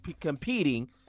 competing